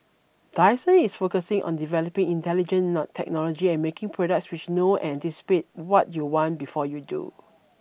Dyson is focusing on developing intelligent not technology and making products which know anticipate what you want before you do